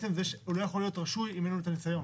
הוא לא יכול להיות רשוי אם אין לו את הניסיון.